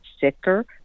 sicker